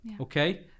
okay